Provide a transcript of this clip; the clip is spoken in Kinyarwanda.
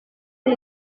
ari